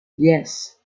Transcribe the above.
yes